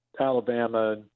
Alabama